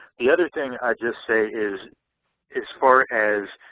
the other thing i'd just say is as far as